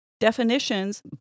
Definitions